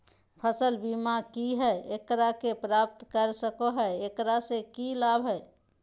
फसल बीमा की है, एकरा के प्राप्त कर सको है, एकरा से की लाभ है?